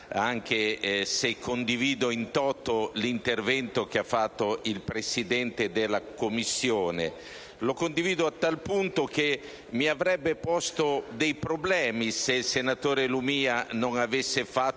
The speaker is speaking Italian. anche se condivido *in toto* l'intervento svolto dal Presidente della Commissione. Lo condivido a tal punto che mi avrebbe posto dei problemi se il senatore Lumia non fosse